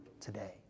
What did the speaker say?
today